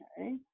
Okay